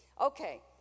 Okay